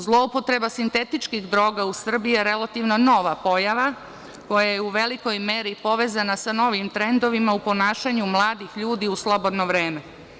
Zloupotreba sintetičkih droga u Srbiji je relativno nova pojava koja je u velikoj meri povezana sa novim trendovima u ponašanju mladih ljudi u slobodno vreme.